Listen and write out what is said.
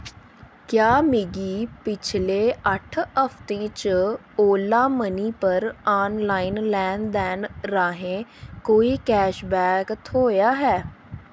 क्या मिगी पिछले अट्ठ हफ्तें च ओला मनी पर आनलाइन लैन देन राहें कोई कैशबैक थ्होआ ऐ